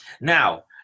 Now